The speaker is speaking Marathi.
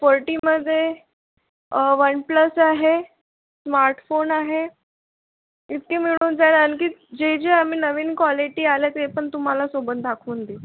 फोर्टीमध्ये वन प्लस आहे स्मार्टफोन आहे इतके मिळून जाईल आणखी जे जे आम्ही नवीन क्वालिटी आले ते पण तुम्हाला सोबत दाखवून देऊ